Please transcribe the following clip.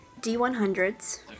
D100s